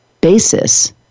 basis